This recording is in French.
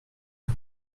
que